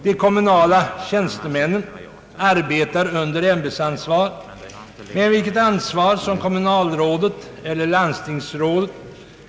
De kommunala tjänstemännen arbetar under ämbetsansvar, men vilket ansvar har ett kommunalråd eller ett landstingsråd?